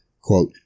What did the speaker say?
quote